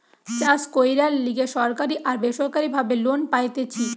চাষ কইরার লিগে সরকারি আর বেসরকারি ভাবে লোন পাইতেছি